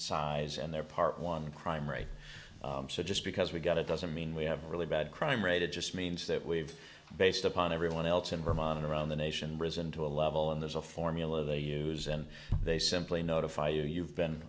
size and their part one crime rate so just because we got it doesn't mean we have a really bad crime rate it just means that we've based upon everyone else in vermont around the nation risen to a level and there's a formula they use and they simply notify you you've been